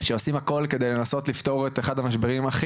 שעושים הכל כדי לנסות לפתור את אחד המשברים הכי